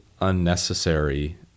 unnecessary